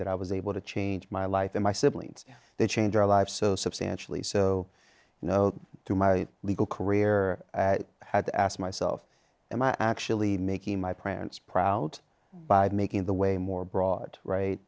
that i was able to change my life and my siblings they changed our lives so substantially so you know to my legal career i had asked myself and i actually making my parents proud by making the way more broad right